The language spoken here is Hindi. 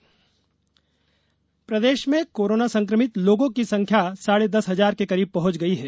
कोरोना प्रदेश प्रदेश में कोरोना संक्रमित लोगों की संख्या साढ़े दस हजार के करीब पहुॅच गई है